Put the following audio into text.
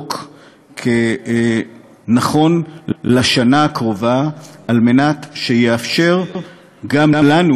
החוק כנכון לשנה הקרובה, על מנת שיאפשר גם לנו